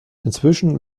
inzwischen